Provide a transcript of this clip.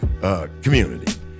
community